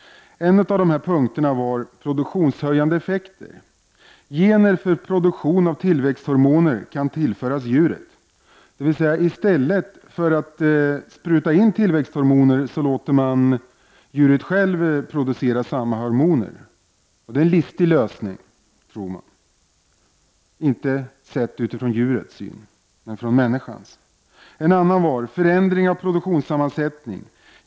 En av dessa punkter var produktionshöjande effekter. Gener för produktion av tillväxthormoner kan tillföras djuret, dvs. i stället för att spruta in tillväxthormoner låter man djuret självt producera samma hormoner. Det är en listig lösning, tror man — inte sett ifrån djurets synpunkt, men från människans. En annan punkt var förändring av produktionssammansättning.